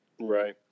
Right